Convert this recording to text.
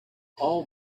all